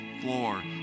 floor